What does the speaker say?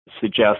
suggest